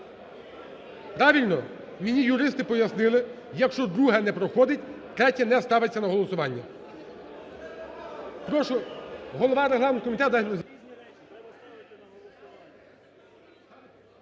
Правильно? Мені юристи пояснили: якщо друге не проходить – третє не ставиться на голосування.